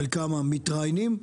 חלקם המתראיינים,